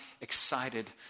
excited